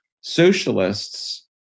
Socialists